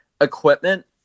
equipment